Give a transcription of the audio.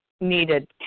needed